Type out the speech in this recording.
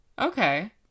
Okay